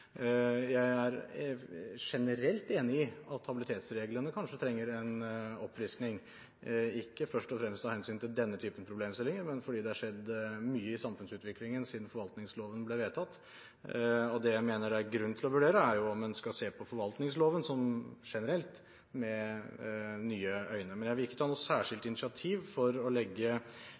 Jeg er generelt enig i at habilitetsreglene kanskje trenger en oppfriskning, ikke først og fremst av hensyn til denne type problemstillinger, men fordi det har skjedd mye i samfunnsutviklingen siden forvaltningsloven ble vedtatt. Det jeg mener det er grunn til å vurdere, er om en skal se på forvaltningsloven generelt med nye øyne. Men jeg vil ikke ta noe særskilt initiativ for å legge